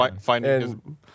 Finding